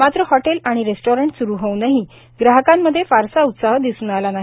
मात्र हॉटेल आणि रेस्टॉरंट स्रु होऊनही ग्राहकांमधे फारसा उत्साह दिसून आला नाही